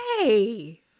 Hey